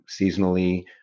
seasonally